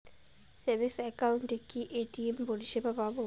Savings একাউন্টে কি ATM পরিসেবা পাব?